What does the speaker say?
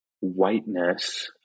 whiteness